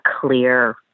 clear